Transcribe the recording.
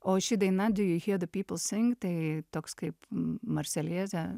o ši daina diu ju hi da pipal sing tai toks kaip m marselietė